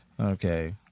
Okay